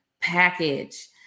package